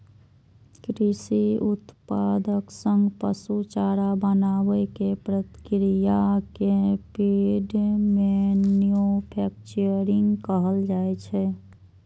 कृषि उत्पाद सं पशु चारा बनाबै के प्रक्रिया कें फीड मैन्यूफैक्चरिंग कहल जाइ छै